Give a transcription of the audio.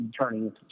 turning